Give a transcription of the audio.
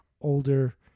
older